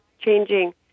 changing